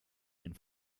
ein